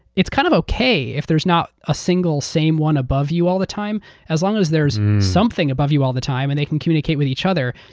it's kind of okay if there's not a single same one above you all the time as long as there's something above you all the time and they can communicate with each other.